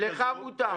לך מותר.